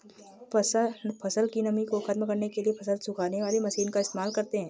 फसल की नमी को ख़त्म करने के लिए फसल सुखाने वाली मशीन का इस्तेमाल करते हैं